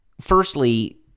firstly